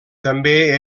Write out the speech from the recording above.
també